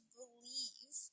believe